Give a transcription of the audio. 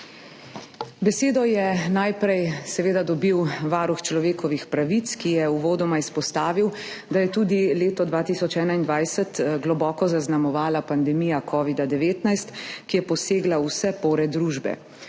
Besedo je najprej seveda dobil varuh človekovih pravic, ki je uvodoma izpostavil, da je tudi leto 2021 globoko zaznamovala pandemija covida-19, ki je posegla v vse pore družbe.